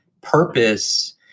Purpose